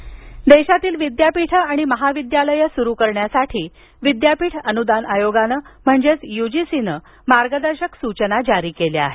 UGC सचना देशातील विद्यापीठे आणि महाविद्यालये सुरू करण्यासाठी विद्यापीठ अनुदान आयोगानं म्हणजेच युजीसीनं मार्गदर्शक सूचना जारी केल्या आहेत